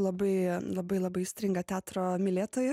labai labai labai aistringa teatro mylėtoja